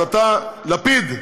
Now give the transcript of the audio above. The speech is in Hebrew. אז אתה, לפיד,